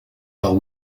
par